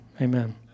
amen